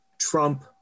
Trump